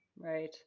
right